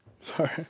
sorry